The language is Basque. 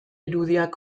irudiak